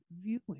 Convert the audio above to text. viewing